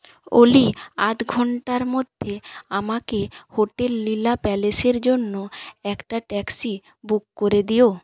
ওলি আধ ঘন্টার মধ্যে আমাকে হোটেল লীলা প্যালেসের জন্য একটা ট্যাক্সি বুক করে দিও